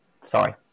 Sorry